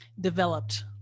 developed